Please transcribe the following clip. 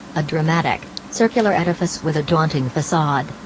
a dramatic, circular edifice with a daunting facade,